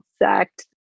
exact